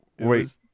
wait